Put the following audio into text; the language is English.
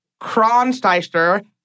Kronsteister